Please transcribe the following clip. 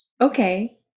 Okay